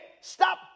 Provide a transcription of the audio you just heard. stop